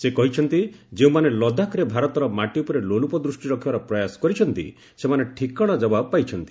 ସେ କହିଛନ୍ତି ଯେଉଁମାନେ ଲଦାଖରେ ଭାରତର ମାଟି ଉପରେ ଲୋଲୁପ ଦୃଷ୍ଟି ରଖିବାର ପ୍ରୟାସ କରିଛନ୍ତି ସେମାନେ ଠିକଣା ଜବାବ ପାଇଛନ୍ତି